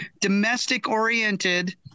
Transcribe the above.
domestic-oriented